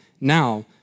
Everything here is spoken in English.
now